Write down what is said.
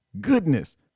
goodness